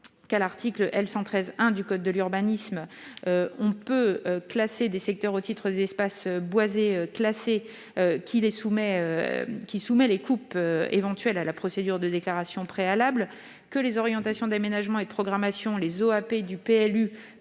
que l'article L. 113-1 du code de l'urbanisme permet de classer des secteurs au titre des espaces boisés classés, ce qui soumet les coupes éventuelles à la procédure de déclaration préalable. Par ailleurs, les orientations d'aménagement et de programmation (OAP) du PLU